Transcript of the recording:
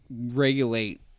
regulate